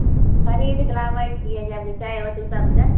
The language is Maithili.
हूँ खरीद कऽ लाबै छियै छै ओतहु सब से